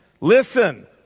Listen